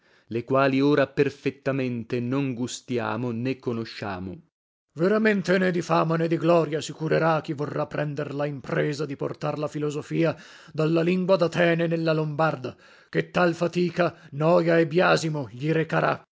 le quali ora perfettamente non gustiamo né conosciamo lasc veramente né di fama né di gloria si curerà chi vorrà prender la impresa di portar la filosofia dalla lingua datene nella lombarda ché tal fatica noia e biasimo gli recarà